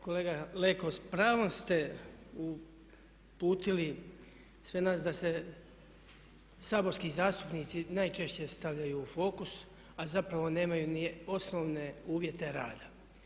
Kolega Leko s pravom ste uputili sve nas da se saborski zastupnici najčešće stavljaju u fokus, a zapravo nemaju ni osnovne uvjete rada.